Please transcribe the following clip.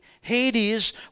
Hades